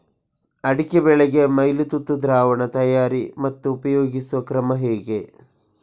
ಅಡಿಕೆ ಬೆಳೆಗೆ ಮೈಲುತುತ್ತು ದ್ರಾವಣ ತಯಾರಿ ಮತ್ತು ಉಪಯೋಗಿಸುವ ಕ್ರಮ ಹೇಗೆ?